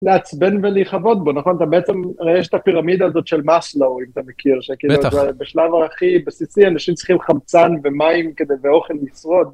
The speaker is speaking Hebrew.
לעצבן ולהכבוד בו, נכון? אתה בעצם, הרי יש את הפירמידה הזאת של מסלו, אם אתה מכיר, שכאילו, זה בשלב הכי בסיסי, אנשים צריכים חמצן ומים כדי, ואוכל לשרוד.